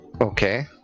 Okay